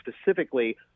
specifically